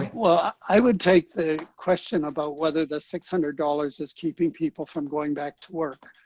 well, ah i would take the question about whether the six hundred dollars is keeping people from going back to work.